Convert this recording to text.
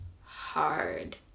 hard